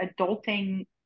adulting